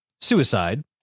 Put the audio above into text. suicide